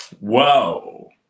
Whoa